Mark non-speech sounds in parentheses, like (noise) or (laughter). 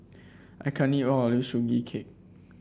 I can't eat all (unintelligible) Sugee Cake